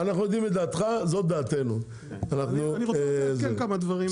אנחנו יודעים את דעתך זאת דעתנו אני רוצה לתקן כמה דברים.